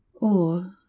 or,